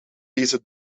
deze